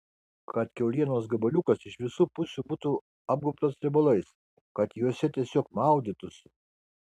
kad kiaulienos gabaliukas iš visų pusių būtų apgaubtas riebalais kad juose tiesiog maudytųsi